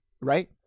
Right